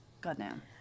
Goddamn